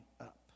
up